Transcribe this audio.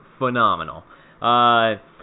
phenomenal